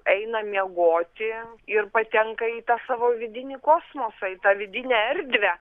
eina miegoti ir patenka į tą savo vidinį kosmosą į tą vidinę erdvę